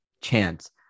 chance